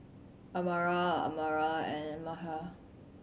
Amirah Amirah and Mikhail